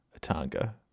Atanga